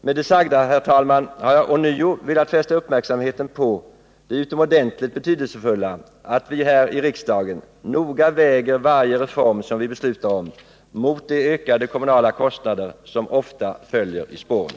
Med det sagda, herr talman, har jag ånyo velat fästa uppmärksamheten på det utomordentligt betydelsefulla att vi här i riksdagen noga väger varje reform, som vi beslutar om, mot de ökade kommunala kostnader som ofta följer i spåren.